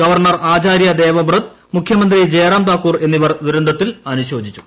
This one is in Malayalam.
ഗവർണർ അചാര്യ ദേവപ്രത് മുഖ്യമന്ത്രി ജയ്റാം താക്കൂർ എന്നിവർ ദുരന്തത്തിൽ അനുശോചിച്ചു